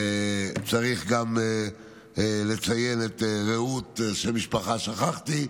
צריך גם לציין את עו"ד רעות, שאת שם משפחתה שכחתי,